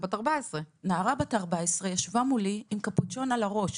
בת 14. נערה בת 14 ישבה מולי עם קפוצ'ון על הראש.